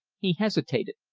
he hesitated.